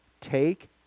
take